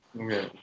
Okay